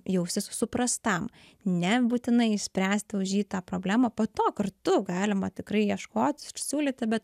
jaustis suprastam ne būtinai spręsti už jį tą problemą po to kartu galima tikrai ieškoti siūlyti bet